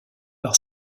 par